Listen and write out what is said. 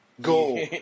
go